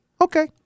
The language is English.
Okay